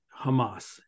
hamas